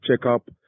checkup